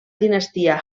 dinastia